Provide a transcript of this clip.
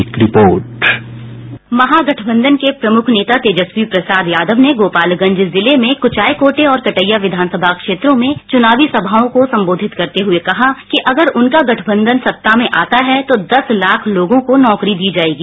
एक report byte Mahagathbandhan के प्रमुख नेता तेजस्वी प्रसाद यादव ने गोपालगंज जिले में कुचायकोटे और कटैया विधानसभा क्षेत्रों में चुनावी समाओं को संबोधित करते हुए कहा कि अगर उनका गठबंधन सत्ता में आता है तो दस लाख लोगों को नौकरी दी जाएगी